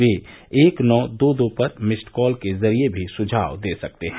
वे एक नौ दो दो पर मिस्ड कॉल के जरिए भी सुझाव दे सकते हैं